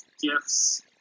gifts